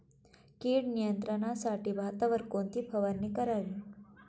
कीड नियंत्रणासाठी भातावर कोणती फवारणी करावी?